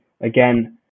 again